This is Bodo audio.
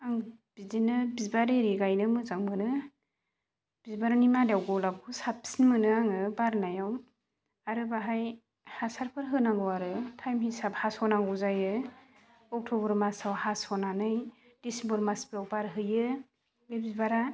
आं बिदिनो बिबार आरि गायनो मोजां मोनो बिबारनि मादाव गलापखौ साबसिन मोनो आङो बारनायाव आरो बाहाय हासारफोर होनांगौ आरो टाइम हिसाब हास'नांगौ जायो अक्ट'बर मासआव हास'नानै डिसेम्बर मासफोराव बारहोयो बे बिबारा